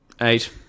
Eight